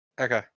Okay